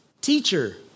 Teacher